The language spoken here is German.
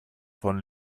von